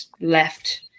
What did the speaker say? left